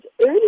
early